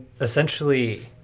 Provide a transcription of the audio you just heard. essentially